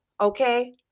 Okay